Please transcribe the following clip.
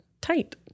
tight